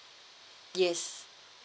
yes